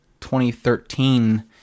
2013